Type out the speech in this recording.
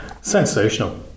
sensational